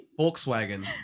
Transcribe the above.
Volkswagen